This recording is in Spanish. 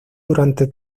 durante